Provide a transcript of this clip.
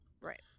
Right